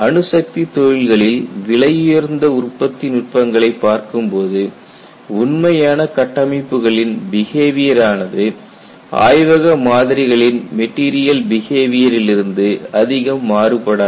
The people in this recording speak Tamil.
அணுசக்தித் தொழில்களில் விலையுயர்ந்த உற்பத்தி நுட்பங்களைப் பார்க்கும்போது உண்மையான கட்டமைப்புகளின் பிஹேவியர் ஆனது ஆய்வக மாதிரிகளின் மெட்டீரியல் பிஹேவியரிலிருந்து அதிகம் மாறுபடாது